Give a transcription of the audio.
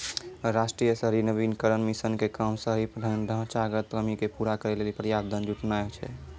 राष्ट्रीय शहरी नवीकरण मिशन के काम शहरी ढांचागत कमी के पूरा करै लेली पर्याप्त धन जुटानाय छै